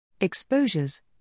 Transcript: Exposures